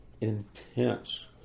intense